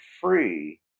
free